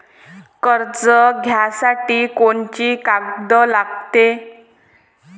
कर्ज घ्यासाठी कोनची कागद लागते?